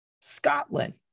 Scotland